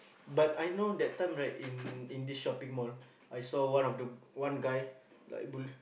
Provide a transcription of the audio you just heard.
but I know that time right in in this shopping mall I saw one of the one guy like bully